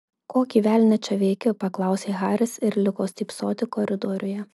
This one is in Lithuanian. kokį velnią čia veiki paklausė haris ir liko stypsoti koridoriuje